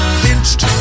pinched